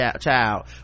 child